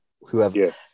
Whoever